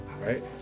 right